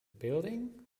building